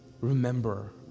remember